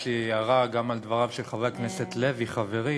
יש לי הערה גם על דבריו של חבר הכנסת לוי חברי.